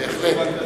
בהחלט.